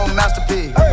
masterpiece